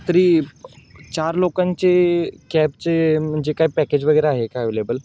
तरी चार लोकांचे कॅबचे म्हणजे काय पॅकेज वगैरे आहे काय अव्हेलेबल